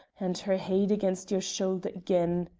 and her heid against your shoulder again.